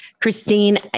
Christine